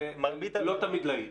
לא תמיד להיט.